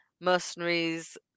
mercenaries